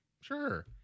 Sure